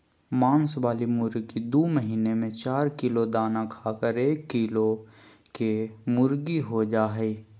मांस वाली मुर्गी दू महीना में चार किलो दाना खाकर एक किलो केमुर्गीहो जा हइ